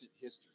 history